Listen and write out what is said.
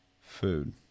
Food